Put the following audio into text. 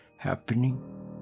Happening